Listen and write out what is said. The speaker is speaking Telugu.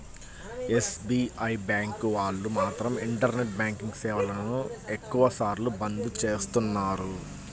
ఎస్.బీ.ఐ బ్యాంకు వాళ్ళు మాత్రం ఇంటర్నెట్ బ్యాంకింగ్ సేవలను ఎక్కువ సార్లు బంద్ చేస్తున్నారు